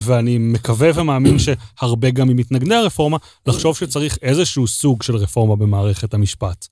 ואני מקווה ומאמין שהרבה גם ממתנגני הרפורמה לחשוב שצריך איזשהו סוג של רפורמה במערכת המשפט.